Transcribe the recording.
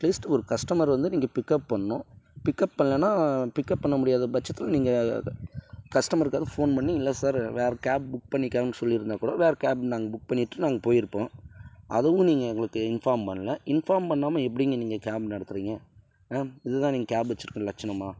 at least ஒரு கஸ்டமரை வந்து நீங்கள் பிக்கப் பண்ணணும் பிக்கப் பண்ணலனா பிக்கப் பண்ண முடியாத பட்சத்தில் நீங்கள் கஸ்டமருக்காவது ஃபோன் பண்ணி இல்லை சார் வேற கேப் புக் பண்ணிக்கங்க சொல்லி இருந்தால் கூட வேற கேப் நாங்கள் புக் பண்ணிவிட்டு நாங்கள் போய் இருப்போம் அதுவும் நீங்கள் எங்களுக்கு இன்ஃபார்ம் பண்ணல இன்ஃபார்ம் பண்ணாமல் எப்படிங்க நீங்கள் கேப் நடத்துறீங்க இது தான் நீங்கள் கேப் வச்சுருக்க லட்சணமா